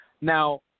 Now